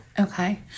Okay